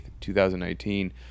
2019